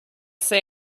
say